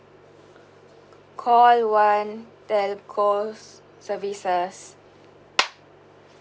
call one telco s~ services